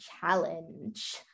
challenge